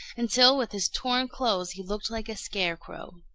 until, with his torn clothes, he looked like a scarecrow.